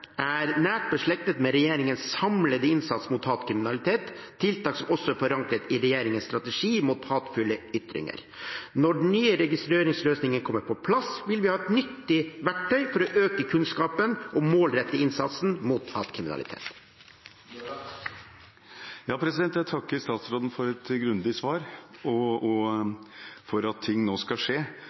er nært beslektet med regjeringens samlede innsats mot hatkriminalitet, tiltak som også er forankret i regjeringens strategi mot hatefulle ytringer. Når den nye registreringsløsningen kommer på plass, vil vi ha et nyttig verktøy for å øke kunnskapen og målrette innsatsen mot hatkriminalitet. Jeg takker statsråden for et grundig svar og for at ting nå skal skje.